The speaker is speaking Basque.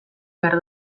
behar